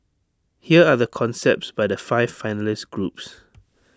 here are the concepts by the five finalist groups